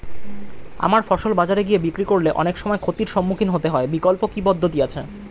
আমার ফসল বাজারে গিয়ে বিক্রি করলে অনেক সময় ক্ষতির সম্মুখীন হতে হয় বিকল্প কি পদ্ধতি আছে?